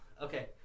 Okay